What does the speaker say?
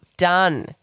Done